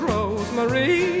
Rosemary